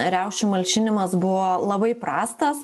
riaušių malšinimas buvo labai prastas